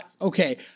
Okay